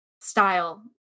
style